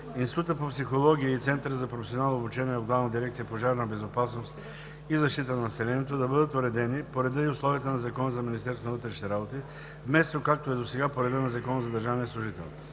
Института по психология и Центъра за професионално обучение в Главна дирекция „Пожарна безопасност и защита на населението“ да бъдат уредени по реда и условията на Закона за Министерството на вътрешните работи, вместо както е досега – по реда на Закона за държавния служител.